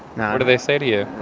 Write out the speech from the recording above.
now. what do they say to you?